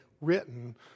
written